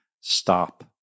stop